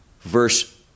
verse